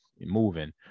moving